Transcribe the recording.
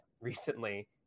recently